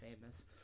famous